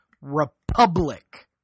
republic